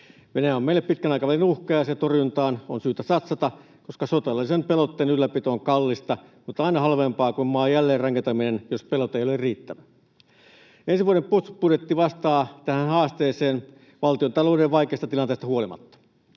Venäjä on meille pitkän aikavälin uhka, ja sen torjuntaan on syytä satsata, koska sotilaallisen pelotteen ylläpito on kallista mutta aina halvempaa kuin maan jälleenrakentaminen, jos pelote ei ole riittävä. Ensi vuoden puolustusbudjetti vastaa tähän haasteeseen valtiontalouden vaikeasta tilanteesta huolimatta.